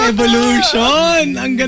Evolution